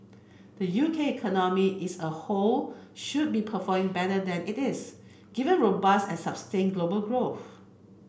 the U K economy is a whole should be performing better than it is given robust and sustained global growth